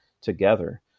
together